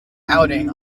outing